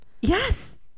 Yes